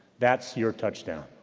that's your touchdown.